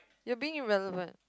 you're being irrelevant